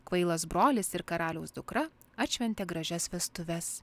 kvailas brolis ir karaliaus dukra atšventė gražias vestuves